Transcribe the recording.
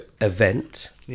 event